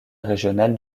régional